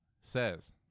says